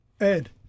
Ed